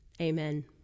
Amen